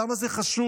למה זה חשוב?